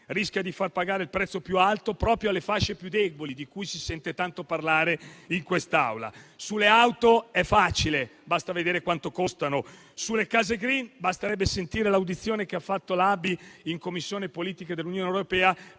rischia di far pagare il prezzo più alto proprio alle fasce più deboli, di cui si sente tanto parlare di quest'Aula. Sulle auto è facile, basta vedere quanto costano; sulle case *green* basterebbe sentire l'audizione che ha fatto l'Associazione bancaria italiana